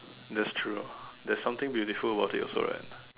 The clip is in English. that's true there's something beautiful about it also right